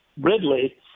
Ridley